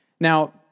Now